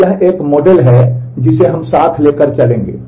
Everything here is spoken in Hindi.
तो यह एक मॉडल है जिसे हम साथ लेकर चलेंगे